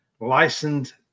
licensed